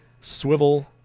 swivel